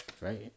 Right